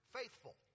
faithful